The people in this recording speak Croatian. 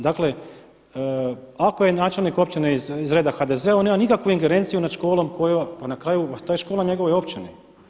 Dakle, ako je načelnik općine iz reda HDZ-a on nema nikakvu ingerenciju nad školom, na kraju ta je škola u njegovoj općini.